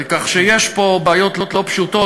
כך שיש פה בעיות לא פשוטות,